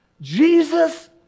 Jesus